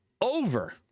over